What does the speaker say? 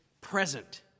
present